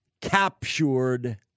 captured